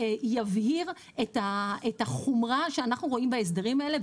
שיבהיר את החומרה שאנחנו רואים בהסדרים האלה,